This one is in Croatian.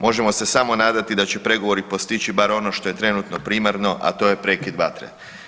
Možemo se samo nadati da će pregovori postići bar ono što je trenutno primarno, a to je prekid vatre.